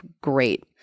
great